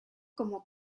como